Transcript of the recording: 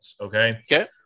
okay